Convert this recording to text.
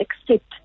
accept